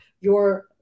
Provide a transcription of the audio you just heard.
your-